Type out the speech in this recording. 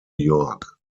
york